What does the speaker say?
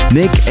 nick